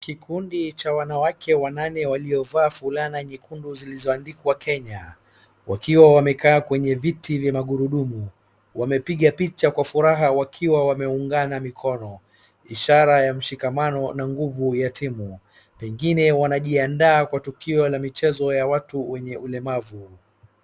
Kikundi cha wanawake wanane waliovaa fulana nyekundu zilizoandikwa Kenya, wakiwa wamekaa kwenye viti vya magurudumu. Wamepiga picha kwa furaha wakiwa wameungana mikono. Ishara ya mshikamano na nguvu ya timu. Wengine wanajiandaa kwa tukio la michezo ya watu wenye ulemavu.